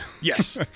yes